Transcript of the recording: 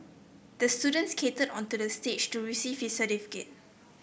the student skated onto the stage to receive his certificate